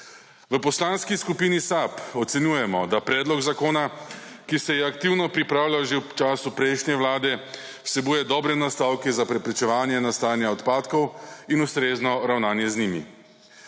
V Poslanski skupini SAB ocenjujemo, da predlog zakona, ki se je aktivni pripravljal že v času prejšnje vlade, vsebuje dobre nastavke za preprečevanje nastajanja odpadkov in ustrezno ravnanje z njimi.